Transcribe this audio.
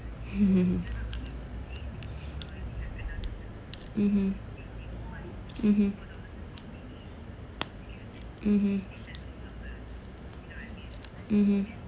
mmhmm mmhmm mmhmm mmhmm